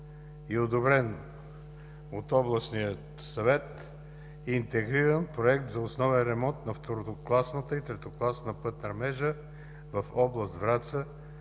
и одобрен от Областния съвет интегриран Проект за основен ремонт на второкласната и третокласна пътна мрежа в област Враца